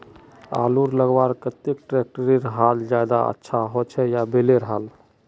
आलूर लगवार केते ट्रैक्टरेर हाल ज्यादा अच्छा होचे या बैलेर हाल?